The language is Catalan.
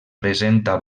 presenta